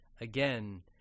again